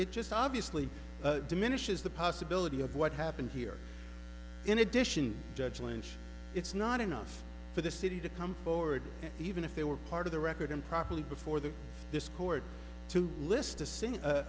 it just obviously diminishes the possibility of what happened here in addition judge lynch it's not enough for the city to come forward even if they were part of the record improperly before the dischord to list